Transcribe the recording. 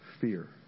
fear